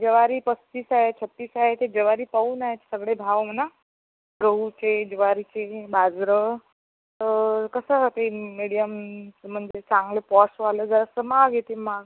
ज्वारी पस्तीस आहे छत्तीस आहे ते ज्वारी पाहून आहेत सगळे भाव मना गहूचे ज्वारीचे बाजरी तर कसं राहते मिडीयम म्हणजे चांगलं पॉशवालं जरासं महाग येते माल